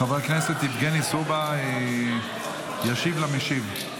חבר הכנסת יבגני סובה ישיב למשיב.